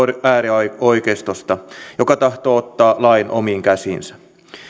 äärioikeistosta joka tahtoo ottaa lain omiin käsiinsä